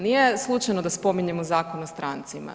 Nije slučajno da spominjemo Zakon o strancima.